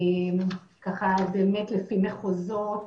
לפי מחוזות,